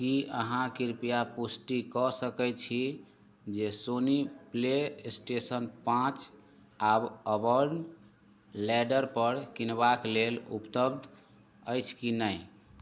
की अहाँ कृपया पुष्टि कऽ सकैत छी जे सोनी प्लेस्टेशन पाँच आब अबर्न लैडर पर किनबाक लेल उपलब्ध अछि कि नहि